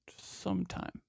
sometime